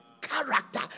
Character